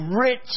rich